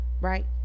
Right